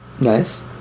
Nice